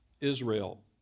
Israel